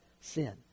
sin